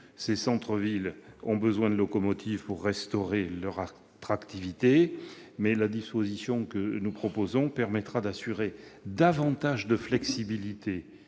Les centres-villes ont besoin de locomotives pour restaurer leur attractivité. Cette disposition permettra d'assurer davantage de flexibilité